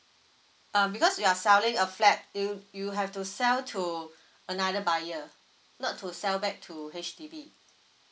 uh because you are selling a flat you you have to sell to another buyer not to sell back to H_D_B